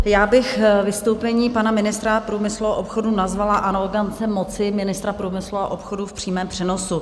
Já bych vystoupení pana ministra průmyslu a obchodu nazvala arogance moci ministra průmyslu a obchodu v přímém přenosu.